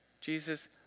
Jesus